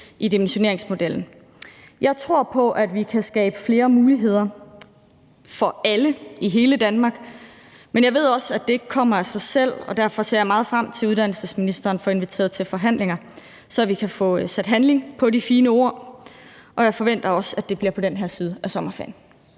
i dimensioneringsmodellen. Jeg tror på, at vi kan skabe flere muligheder for alle i hele Danmark, men jeg ved også, at det ikke kommer af sig selv, og derfor ser jeg meget frem til, at uddannelsesministeren får inviteret til forhandlinger, så vi kan få sat handling på de fine ord, og jeg forventer også, at det bliver på den her side af sommerferien.